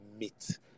meet